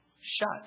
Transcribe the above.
shut